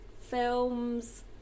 films